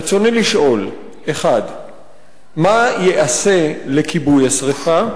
רצוני לשאול: 1. מה ייעשה לכיבוי השרפה?